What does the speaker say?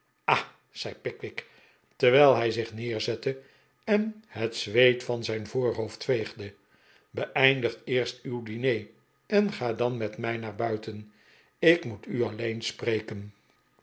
ah zei pickwick terwijl hij zich neerzette en het zweet van zijn voorhoofd veegde beeindig eerst uw diner en ga dan met mij naar buiten ik moet u alleen spreken